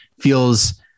feels